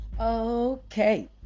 okay